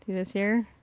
this here.